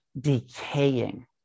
decaying